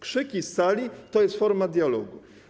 Krzyki z sali to jest forma dialogu.